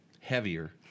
heavier